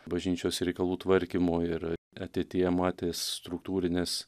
bažnyčios reikalų tvarkymo ir ateityje matės struktūrinės